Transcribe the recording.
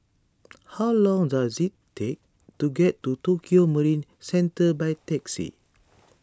how long does it take to get to Tokio Marine Centre by taxi